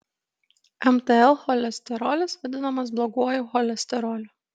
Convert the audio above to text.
mtl cholesterolis vadinamas bloguoju cholesteroliu